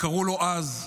קראו לו אז,